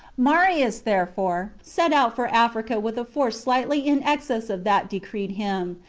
marius, therefore, set out for africa with a force slightly in excess of that decreed him,